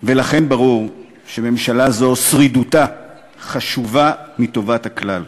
ולכן ברור שממשלה זו, שרידותה חשובה מטובת הכלל.